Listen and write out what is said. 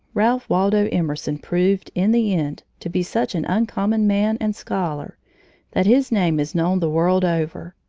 ralph waldo emerson proved, in the end, to be such an uncommon man and scholar that his name is known the world over.